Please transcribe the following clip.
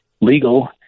legal